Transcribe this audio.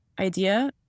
idea